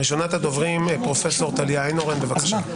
הדוברים, פרופ' טליה איינהורן, בבקשה.